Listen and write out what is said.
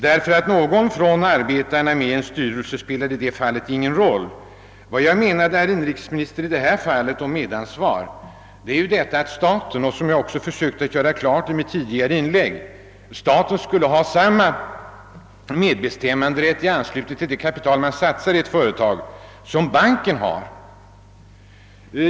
Om det sitter en representant för arbetarna med i bolagsstyrelsen spelar ingen som helst roll. Vad jag menar med medbestämmanderätt, herr inrikesminister — det framhöll jag också i mitt förra anförande — är att staten skall ha samma medbestämmanderätt som bankerna i och med att samhället satsar pengar i ett företag.